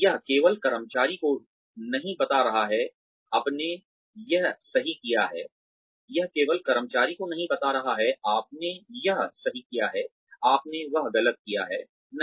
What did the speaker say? यह केवल कर्मचारी को नहीं बता रहा है आपने यह सही किया है आपने वह गलत किया है नहीं